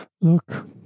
Look